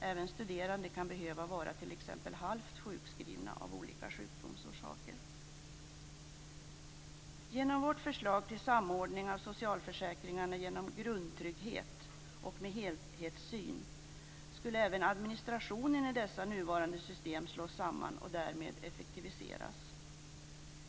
Även studerande kan behöva vara t.ex. halvt sjukskrivna av olika sjukdomsorsaker. Genom vårt förslag till samordning av socialförsäkringarna genom grundtrygghet och med helhetssyn skulle även administrationen i de nuvarande systemen slås samman och därmed effektiviseras.